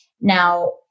Now